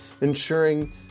ensuring